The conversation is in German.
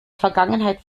vergangenheit